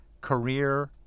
career